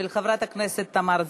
של חברת הכנסת תמר זנדברג: